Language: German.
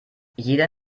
jeder